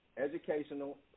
educational